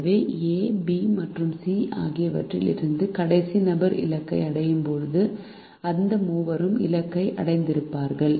எனவே A B மற்றும் C ஆகியவற்றில் இருந்து கடைசி நபர் இலக்கை அடையும் போது இந்த மூவரும் இலக்கை அடைந்திருப்பார்கள்